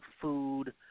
food